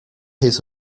his